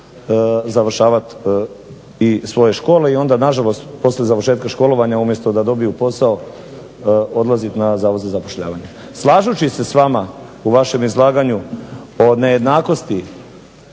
završavati i svoje škole. I onda nažalost poslije završetka školovanja umjesto da dobiju posao odlaziti na Zavod za zapošljavanje. Slažući se s vama u vašem izlaganju o nejednakosti